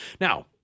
Now